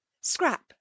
Scrap